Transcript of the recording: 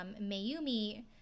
Mayumi